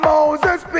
Moses